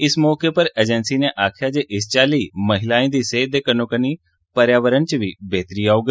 इस मौके पर एजेंसी ने आक्खेया जे इस चाली महिलायें दी सेहत दे कन्नो कन्नी पर्यावरण च बी बेहतरी औग